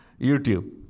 YouTube